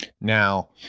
Now